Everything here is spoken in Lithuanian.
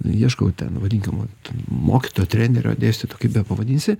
ieškau ten vadinkim vat mokytojo trenerio dėstyto kaip bepavadinsi